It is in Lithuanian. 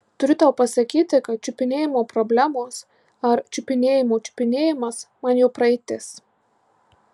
turiu tau pasakyti kad čiupinėjimo problemos ar čiupinėjimo čiupinėjimas man jau praeitis